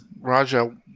Raja